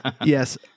Yes